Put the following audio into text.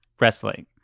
wrestling